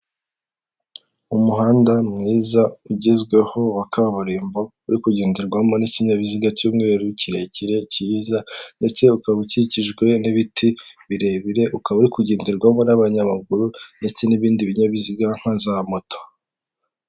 Umuhanda mwiza ugezweho wa kaburimbo uri kugenderwamo n'ikinyabiziga cy'umweru kirekire cyiza ndetse ukaba ukikijwe n'ibiti birebire, ukaba uri kugenderwamo n'abanyamaguru ndetse n'ibindi binyabiziga nka za moto.